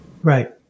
Right